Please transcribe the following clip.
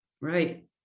right